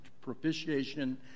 propitiation